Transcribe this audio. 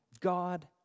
God